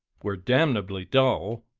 we're damnably dull.